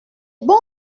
bon